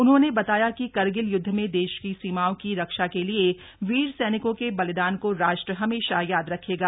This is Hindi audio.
उन्होंने बताया कि करगिल युद्ध में देश की सीमाओं की रक्षा के लिए वीर सैनिकों के बलिदान को राष्ट्र हमेशा याद रखेगा